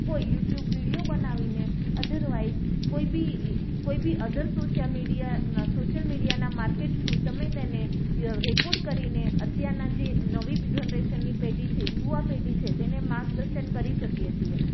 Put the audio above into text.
કોઈ YouTube video બનાવીને otherwise કોઈ કોઈબી અધર સોસિયલ મીડિયા સોસિયલ મીડિયાના માર્કેટ થ્રુ તમે તેને રેકોર્ડ કરીને અત્યારના જે નવી જનરેશનની પેઢી છે યુવા પેઢી છે તેને માર્ગદર્શન કરી શકીએ છીએ